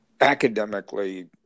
academically